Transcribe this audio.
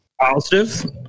Positive